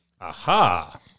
Aha